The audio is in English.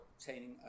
obtaining